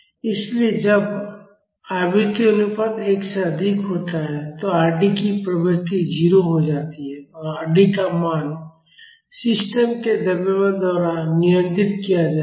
इसलिए जब आवृत्ति अनुपात 1 से अधिक होता है तो Rd की प्रवृत्ति 0 हो जाती है और Rd का मान सिस्टम के द्रव्यमान द्वारा नियंत्रित किया जाएगा